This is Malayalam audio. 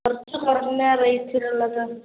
കുറച്ച് കുറഞ്ഞ റേറ്റിലുള്ളത്